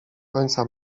końca